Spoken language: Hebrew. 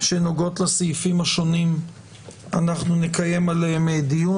שנוגעות לסעיפים השונים אנחנו נקיים עליהם דיון.